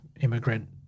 immigrant